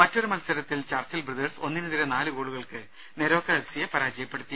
മറ്റൊരു മത്സരത്തിൽ Churchill brothers ഒന്നിനെതിരെ നാല് ഗോളുകൾക്ക് നെരോക്ക എഫ് സി യെ പരാജയപ്പെടുത്തി